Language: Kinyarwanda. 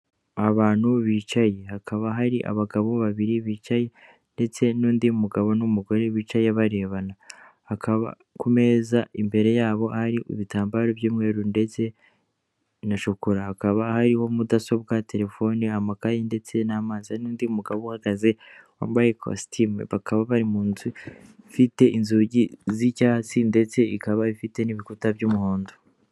abantu bicaye hakaba hari abagabo babiri bicaye ndetse n'undi mugabo n'umugore bicaye barebana ku meza imbere yabo ari ibitambaro by'umweru ndetse na shokora hakaba hariho mudasobwa, telefone, amakayi ndetse n'amazi n'undi mugabo uhagaze wambaye ikositimu bakaba bari mu nzu ifite inzugi z'icyatsi ndetse ikaba ifite n'ibikuta by'umuhondo.